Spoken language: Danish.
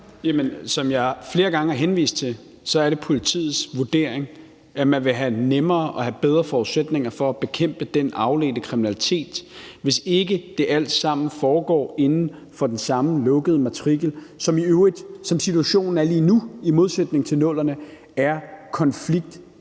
som jeg flere gange har henvist til, er det politiets vurdering, at man vil have nemmere ved og bedre forudsætninger for at bekæmpe den afledte kriminalitet, hvis det alt sammen ikke foregår inden for den samme lukkede matrikel, som i øvrigt, som situationen er lige nu i modsætning til i 00'erne, er konfliktgenererende